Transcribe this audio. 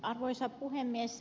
arvoisa puhemies